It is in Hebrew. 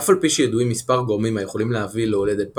אף על פי שידועים מספר גורמים היכולים להביא להולדת פג,